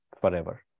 forever